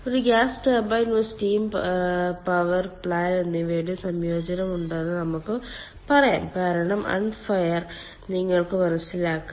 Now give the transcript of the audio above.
ഒരു gas turbine ഒരു steam power plant എന്നിവയുടെ സംയോജനം ഉണ്ടെന്ന് നമുക്ക് പറയാം കാരണം അൺഫയർ നിങ്ങൾക്ക് മനസ്സിലാക്കാം